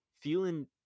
Feeling